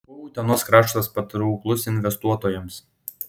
kuo utenos kraštas patrauklus investuotojams